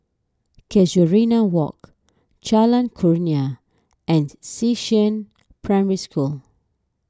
Casuarina Walk Jalan Kurnia and Xishan Primary School